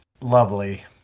lovely